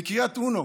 מקריית אונו.